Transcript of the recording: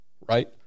Right